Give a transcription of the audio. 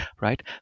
right